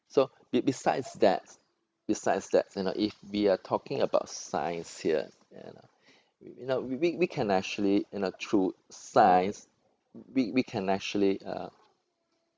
so be~ besides that besides that you know if we are talking about science here you know you know we we can actually you know through science we we can actually uh